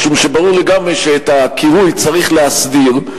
משום שברור לגמרי שאת הקירוי צריך להסדיר.